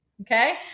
Okay